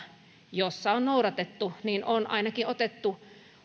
on noudatettu niin on ainakin otettu